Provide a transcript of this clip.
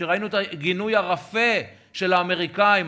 ראינו את הגינוי הרפה של האמריקאים,